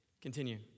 Continue